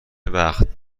وقت